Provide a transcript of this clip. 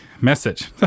message